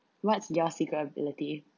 what's your secret ability